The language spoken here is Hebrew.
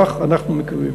כך אנחנו מקווים.